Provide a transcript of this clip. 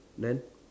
then